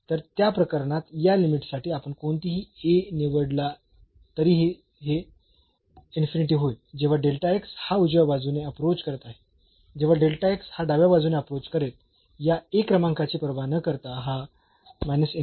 तर त्या प्रकरणात या लिमिट साठी आपण कोणताही A निवडला तरीही हे होईल जेव्हा हा उजव्या बाजूने अप्रोच करत आहे जेव्हा हा डाव्या बाजूने अप्रोच करेल या A क्रमांकाची पर्वा न करता हा होईल